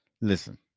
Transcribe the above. Listen